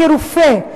כרופא,